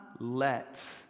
Let